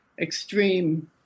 extreme